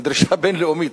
היא דרישה בין-לאומית.